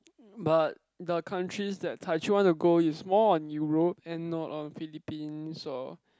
but the countries that Kai-Jun want to go is more on Europe and not of Philippines so